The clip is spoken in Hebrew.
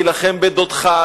תילחם בדודך,